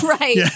right